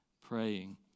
praying